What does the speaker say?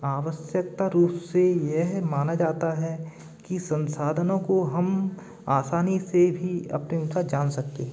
आवश्यकता रूप से यह माना जाता है कि संसाधनों को हम आसानी से भी जान सकते हैं